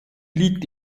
liegt